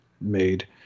made